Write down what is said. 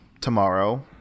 tomorrow